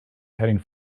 heading